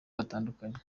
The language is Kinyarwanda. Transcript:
batandukanye